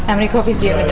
and many coffees do